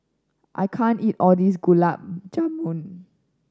I can't eat all of this Gulab Jamun